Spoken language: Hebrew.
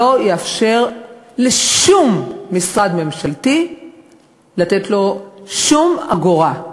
לא יאפשר לשום משרד ממשלתי לתת לו שום אגורה,